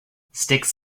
sticks